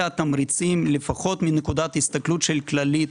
התמריצים, לפחות מנקודת ההסתכלות של כללית,